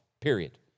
Period